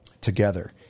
together